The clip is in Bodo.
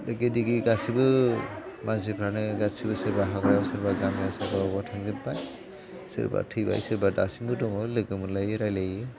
दा गिदिर गिदिर गासैबो मानसिफ्रानो गासैबो सोरबा हाग्रायाव सोरबाया गामियाव सोरबा बबावबा थांजोबबाय सोरबा थैबाय सोरबा दासिमबो दङ लोगो मोनलायो रायज्लायो